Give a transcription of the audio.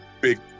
big